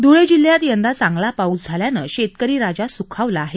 धुळे जिल्ह्यात यंदा चांगला पाऊस झाल्यानं शेतकरी राजा सुखावला आहे